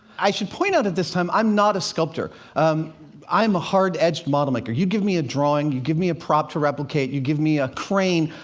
i should point out at this time i'm not a sculptor i'm a hard-edged model maker. you give me a drawing, you give me a prop to replicate, you give me a crane,